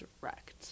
direct